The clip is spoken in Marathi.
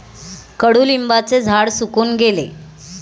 कडुलिंबाचे झाड सुकून गेले